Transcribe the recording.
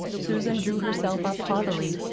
susan drew herself up haughtily.